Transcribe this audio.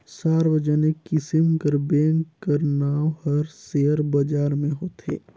सार्वजनिक किसिम कर बेंक कर नांव हर सेयर बजार में होथे